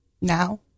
Now